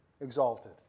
exalted